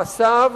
מעשיו,